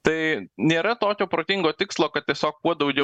tai nėra tokio protingo tikslo kad tiesiog kuo daugiau